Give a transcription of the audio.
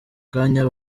kanya